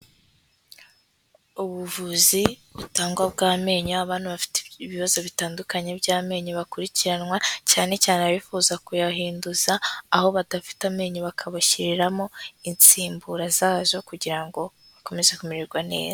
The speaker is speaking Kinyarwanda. Ubuvuzi butangwa bw'amenyo, abantu bafite ibibazo bitandukanye by'amenyo bakurikiranwa, cyane cyane abifuza kuyahinduza, aho badafite amenyo bakabashyiriramo insimbura zazo kugira ngo bakomeze kumererwa neza.